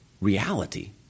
reality